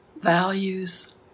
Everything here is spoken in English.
values